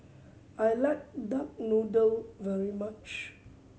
I like duck noodle very much